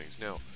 now